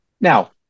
Now